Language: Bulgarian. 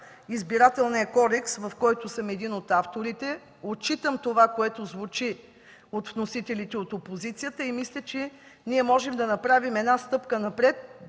Избирателния кодекс, на който съм един от авторите. Отчитам това, което звучи от вносителите от опозицията, и мисля, че ние можем да направим една стъпка напред,